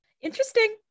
Interesting